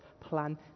plan